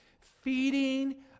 feeding